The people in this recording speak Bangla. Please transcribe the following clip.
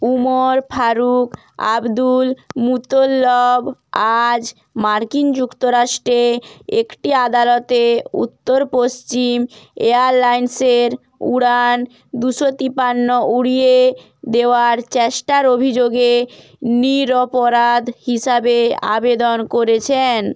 উমর ফারুখ আব্দুল মুতল্লব আজ মার্কিন যুক্তরাষ্ট্রে একটি আদালতে উত্তর পশ্চিম এয়ারলাইন্সের উড়ান দুশো তিপান্ন উড়িয়ে দেওয়ার চেষ্টার অভিযোগে নিরপরাধ হিসাবে আবেদন করেছেন